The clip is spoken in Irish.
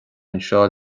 anseo